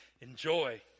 Enjoy